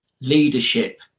Leadership